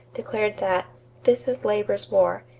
declared that this is labor's war,